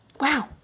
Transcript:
wow